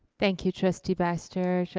thank you trustee baxter.